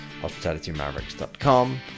hospitalitymavericks.com